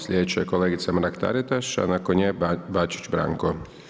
Sljedeća je kolegica Mrak Taritaš, a nakon nje, Bačić Branko.